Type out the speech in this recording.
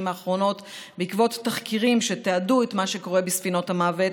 האחרונות בעקבות תחקירים שתיעדו את מה שקורה בספינות המוות,